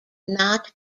not